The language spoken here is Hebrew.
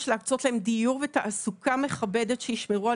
יש להקצות להם דיור ותעסוקה מכבדת שישמרו על